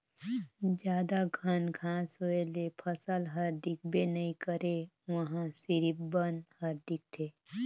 जादा घन घांस होए ले फसल हर दिखबे नइ करे उहां सिरिफ बन हर दिखथे